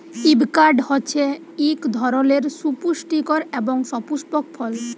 avocado হছে ইক ধরলের সুপুষ্টিকর এবং সুপুস্পক ফল